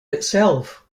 itself